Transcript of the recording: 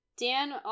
Dan